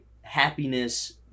happiness